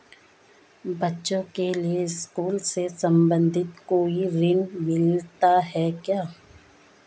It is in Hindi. बच्चों के लिए स्कूल से संबंधित कोई ऋण मिलता है क्या?